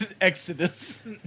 Exodus